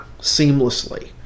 seamlessly